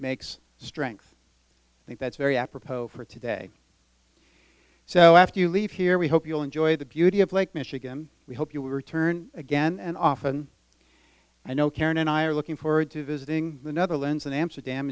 makes strength i think that's very apropos for today so after you leave here we hope you'll enjoy the beauty of lake michigan we hope you will return again and often i know karen and i are looking forward to visiting the netherlands in amsterdam